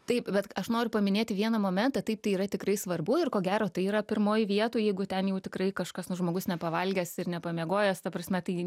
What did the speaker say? taip bet aš noriu paminėti vieną momentą taip tai yra tikrai svarbu ir ko gero tai yra pirmoj vietoj jeigu ten jau tikrai kažkas nu žmogus nepavalgęs ir nepamiegojęs ta prasme tai